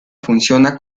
funciona